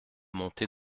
montée